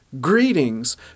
greetings